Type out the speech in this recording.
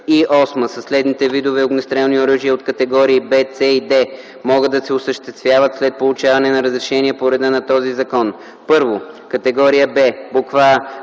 8 със следните видове огнестрелни оръжия от категории B, C и D могат да се осъществяват след получаване на разрешение по реда на този закон: 1. категория В: а)